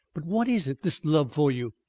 but what is it, this love for you?